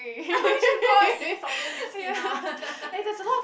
we should go out and eat salted fish skin now